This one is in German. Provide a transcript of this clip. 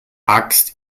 axt